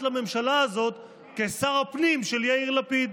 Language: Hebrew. לממשלה הזאת כשר הפנים של יאיר לפיד,